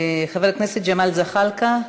חבר הכנסת ג'מאל זחאלקה,